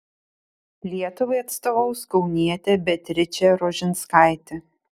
lietuvai atstovaus kaunietė beatričė rožinskaitė